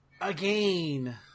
Again